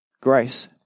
grace